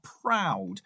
proud